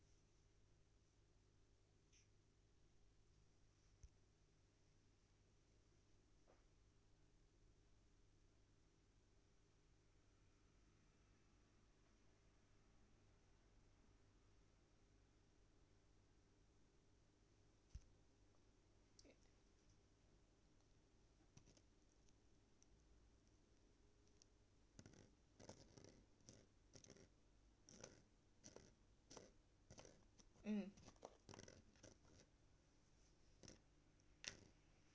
mm